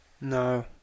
No